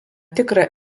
tikrą